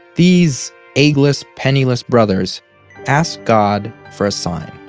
these eggless, penniless brothers asked god for a sign.